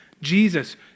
Jesus